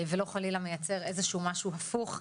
ולא חלילה מייצר איזשהו משהו הפוך.